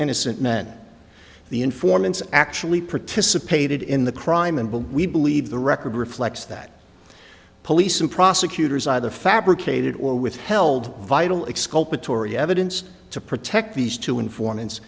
innocent men the informants actually participated in the crime and will we believe the record reflects that police and prosecutors either fabricated or withheld vital exculpatory evidence to protect these two informants